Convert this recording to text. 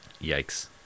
Yikes